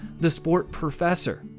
TheSportProfessor